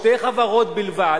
שתי חברות בלבד,